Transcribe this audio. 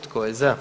Tko je za?